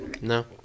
No